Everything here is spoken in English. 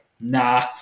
nah